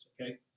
Okay